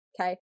okay